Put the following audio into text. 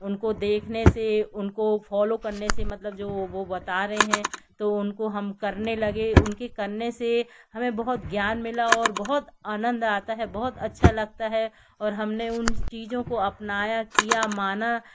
उनको देखने से उनको फॉलो करने से मतलब जो वो बता रहे हैं तो उनको हम करने लगे उनके करने से हमें बहुत ज्ञान मिला और बहुत आनंद आता है बहुत अच्छा लगता है और हमने उन चीज़ों को अपनाया किया माना